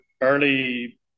early